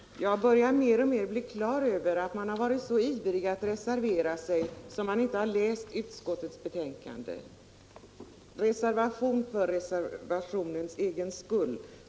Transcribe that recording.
Herr talman! Jag börjar mer och mer bli klar över att man har varit så ivrig att reservera sig att man inte har läst utskottets betänkande — det är en reservation för reservationens egen skull.